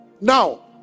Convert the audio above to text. Now